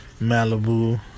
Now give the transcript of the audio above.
Malibu